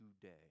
today